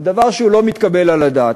זה דבר שהוא לא מתקבל על הדעת,